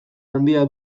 handia